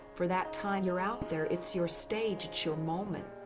for that time you're out there, it's your stage. it's your moment.